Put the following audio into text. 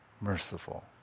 merciful